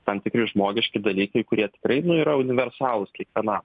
tam tikri žmogiški dalykai kurie tikrai nu yra universalūs kiekvienam